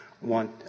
want